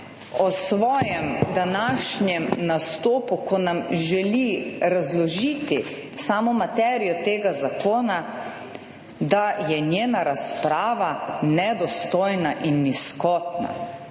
o svojem današnjem nastopu, ko nam želi razložiti samo materijo tega zakona, da je njena razprava nedostojna in nizkotna.